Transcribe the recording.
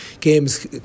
games